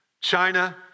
China